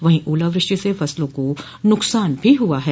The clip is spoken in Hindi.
वहीं ओलावृष्टि से फसलों को नुकसान भी हुआ है